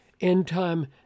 end-time